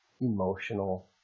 emotional